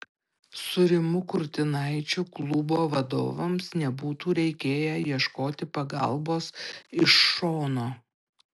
su rimu kurtinaičiu klubo vadovams nebūtų reikėję ieškoti pagalbos iš šono